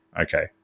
Okay